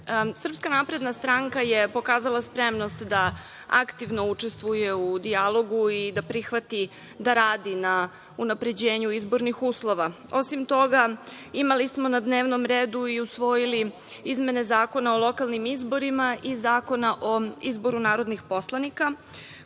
napredna stranka je pokazala spremnost da aktivno učestvuje u dijalogu i da prihvati da radi na unapređenju izbornih uslova. Osim toga, imali smo na dnevnom redu i usvojili izmene Zakona o lokalnim izborima i Zakona o izboru narodnih poslanika,